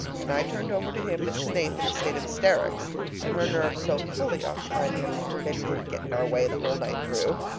and i turned over to him miss snaith in a state of hysterics and her nerves so fully occupied him that he didn't get in our way the whole night through.